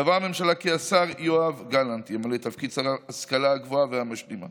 קבעה הממשלה כי השר יואב גלנט ימלא את תפקיד שר ההשכלה הגבוהה והמשלימה